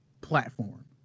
platform